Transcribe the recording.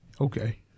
okay